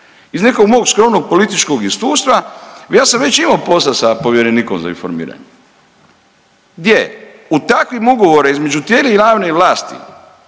Iz nekog mog skromnog političkog iskustva ja sam već imao posla sa povjerenikom za informiranje gdje u takvim ugovorima između …/Govornik se